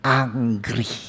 angry